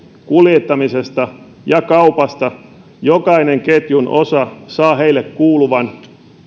kuljettamisesta ja kaupasta jokainen ketjun osa saa heille kuuluvan